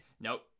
nope